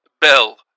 Bell